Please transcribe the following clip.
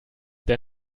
der